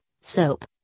soap